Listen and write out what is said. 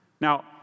Now